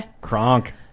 Kronk